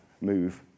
move